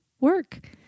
work